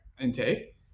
intake